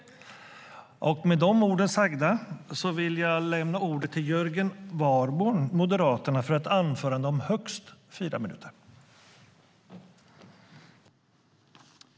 )